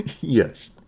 Yes